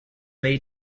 made